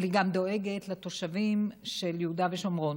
אבל היא גם דואגת לתושבים של יהודה ושומרון,